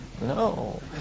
no